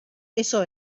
eso